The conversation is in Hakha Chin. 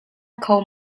kho